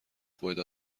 خودت